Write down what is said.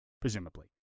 Presumably